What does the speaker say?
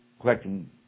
collecting